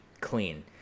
clean